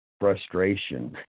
frustration